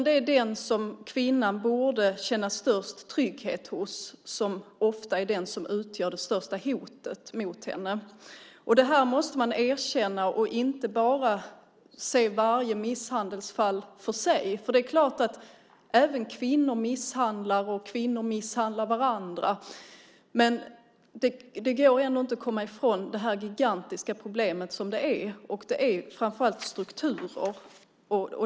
Det är den som kvinnan borde känna störst trygghet hos som ofta är den som utgör det största hotet mot henne. Det här måste man erkänna och inte bara se varje misshandelsfall för sig. Det är klart att även kvinnor misshandlar, och kvinnor misshandlar varandra. Men det går ändå inte att komma ifrån det gigantiska problem som det här är, och det gäller framför allt strukturer.